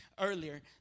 earlier